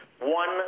one